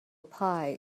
pie